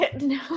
no